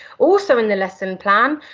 also in the lesson plan,